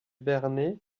vernay